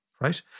right